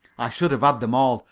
i should have had them all,